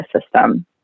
system